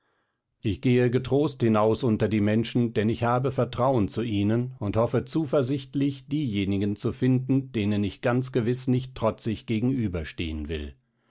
ich gehe getrost hinaus unter die menschen denn ich habe vertrauen zu ihnen und hoffe zuversichtlich diejenigen zu finden denen ich ganz gewiß nicht trotzig gegenüberstehen will